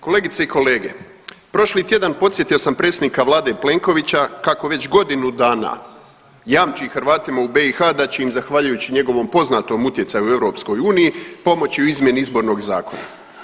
Kolegice i kolege, prošli tjedan posjetio sam predsjednika vlade Plenkovića kako već godinu dana jamči Hrvatima u BiH da će im zahvaljujući njegovom poznatom utjecaju u EU pomoći u izmjeni Izbornog zakona.